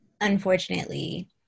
unfortunately